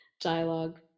dialogue